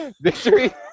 victory